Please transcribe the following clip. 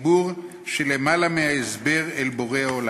חיבור שלמעלה מההסבר, אל בורא עולם.